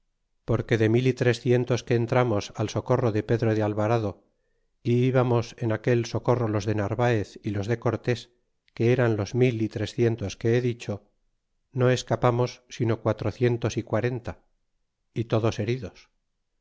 porque de mil y trecientos que entramos al socorro de pedro de alvarado e ibamos en aquel socorro los de narvaez y los de cortés que eran los mil y trecientos que he dicho no escapamos sino quatrocientos y quarenta y todos heridos